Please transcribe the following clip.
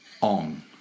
on